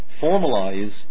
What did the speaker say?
formalize